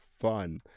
fun